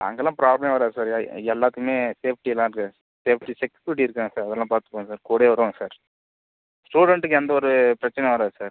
அங்கெலாம் ப்ராப்ளமே வராது சார் எ எ எல்லாத்திலையுமே சேஃப்டியெல்லாம் இருக்குது சேஃப்டி செக்யூரிட்டி இருக்காங்க சார் அதெலாம் பார்த்துப்பாங்க சார் கூடவே வருவாங்க சார் ஸ்டூடெண்ட்டுக்கு எந்த ஒரு பிரச்சினையும் வராது சார்